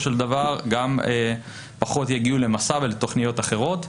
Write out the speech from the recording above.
של דבר גם פחות יגיעו ל'מסע' ולתכניות אחרות,